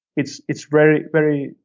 it's it's very, very,